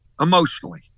emotionally